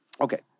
Okay